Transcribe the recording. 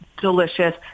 delicious